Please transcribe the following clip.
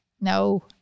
No